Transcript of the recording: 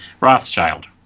Rothschild